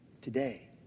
today